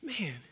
man